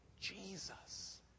Jesus